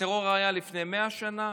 הטרור היה לפני 100 שנה,